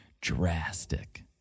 drastic